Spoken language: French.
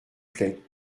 plait